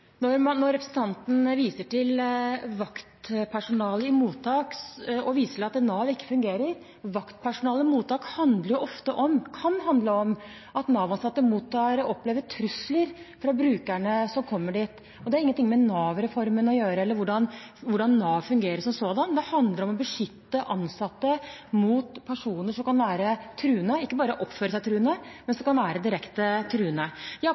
Representanten viser til vaktpersonale i mottak og til at Nav ikke fungerer. Vaktpersonale i mottak kan handle om at Nav-ansatte opplever trusler fra brukerne som kommer dit, og det har ingenting med Nav-reformen å gjøre eller med hvordan Nav fungerer som sådan. Det handler om å beskytte ansatte mot personer som ikke bare oppfører seg truende, men som kan være direkte truende.